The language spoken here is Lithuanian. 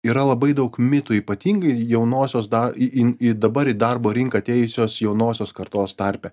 yra labai daug mitų ypatingai jaunosios da į in į dabar į darbo rinką atėjusios jaunosios kartos tarpe